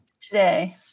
Today